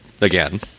again